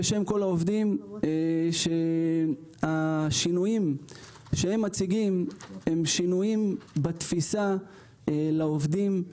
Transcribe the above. בשם כל העובדים שהשינויים שהם מציגים הם שינויים בתפיסה לעובדים,